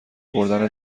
بردن